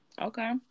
Okay